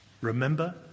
Remember